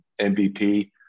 MVP